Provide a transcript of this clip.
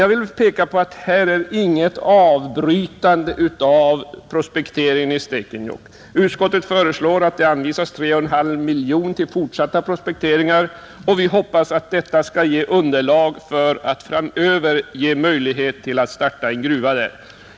Jag vill påpeka att det inte är fråga om ett avbrytande av prospekteringen i Stekenjokk. Utskottet föreslår att det anvisas 3,5 miljoner till fortsatta prospekteringar. Vi hoppas att detta skall ge underlag för att framöver starta en gruva där.